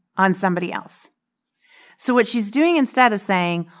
on somebody else so what she's doing instead is saying,